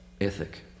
ethic